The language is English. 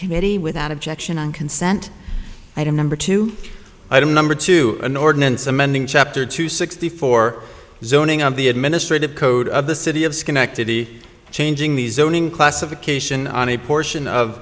committee without objection on consent item number two i don't number two an ordinance amending chapter two sixty four zoning of the administrative code of the city of schenectady changing the zoning classification on a portion of